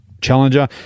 challenger